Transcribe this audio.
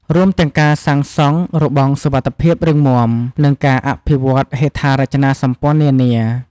រួមទាំងការសាងសង់របងសុវត្ថិភាពរឹងមាំ និងការអភិវឌ្ឍហេដ្ឋារចនាសម្ព័ន្ធនានា។